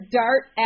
dart